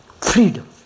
freedom